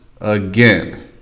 again